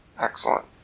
excellent